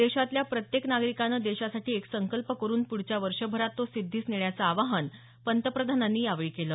देशातल्या प्रत्येक नागरिकाने देशासाठी एक संकल्प करून प्ढच्या वर्षभरात तो सिद्धीस नेण्याचं आवाहन पंतप्रधानांनी यावेळी केलं